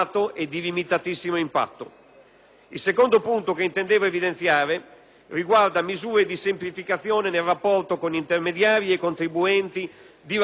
Il secondo punto che intendo evidenziare riguarda misure di semplificazione nel rapporto con gli intermediari e i contribuenti di lavoro autonomo e di piccola impresa,